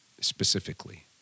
specifically